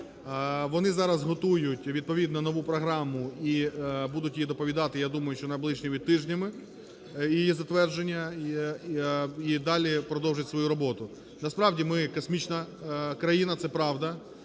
вони зараз готують відповідно нову програму і будуть її доповідати, я думаю, що найближчими тижнями, її затвердження і далі продовжать свою роботу. Насправді, ми космічна країна, це правда,